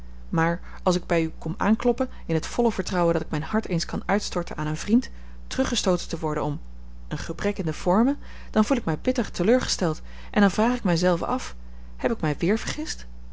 maar als ik bij u kom aankloppen in het volle vertrouwen dat ik mijn hart eens kan uitstorten aan een vriend teruggestooten te worden om een gebrek in de vormen dan voel ik mij bitter teleurgesteld en dan vraag ik mij zelve af heb ik mij weer vergist